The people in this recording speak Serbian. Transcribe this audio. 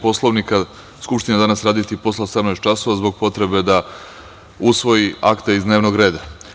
Poslovnika, Skupština danas raditi posle 18.00 časova zbog potrebe da usvoji akte iz dnevnog reda.